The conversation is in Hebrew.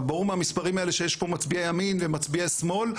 אבל ברור מהמספרים האלה שיש מצביעי ימין ומצביעי שמאל,